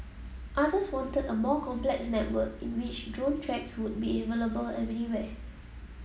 others wanted a more complex network in which drone tracks would be available anywhere